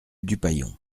dupaillon